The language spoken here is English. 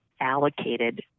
allocated